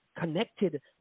connected